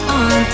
on